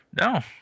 No